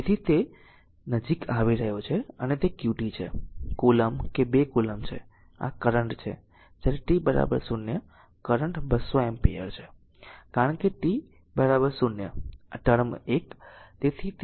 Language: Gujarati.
તેથી તેથી જ તે નજીક આવી રહ્યો છે અને તે qt છે કુલમ્બ કે 2 કૂલોમ્બ છે અને આ કરંટ છે જ્યારે t 0 કરંટ 200 એમ્પીયર છે કારણ કે જ્યારે t 0 આ ટર્મ 1